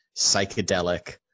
psychedelic